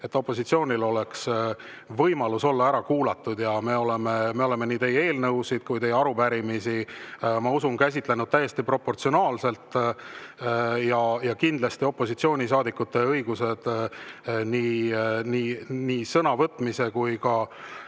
et opositsioonil oleks võimalus olla ära kuulatud. Me oleme nii teie eelnõusid kui ka teie arupärimisi, ma usun, käsitlenud täiesti proportsionaalselt. Ja kindlasti opositsioonisaadikute õigused nii sõna võtmise kui ka